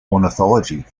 ornithology